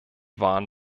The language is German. waren